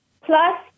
plus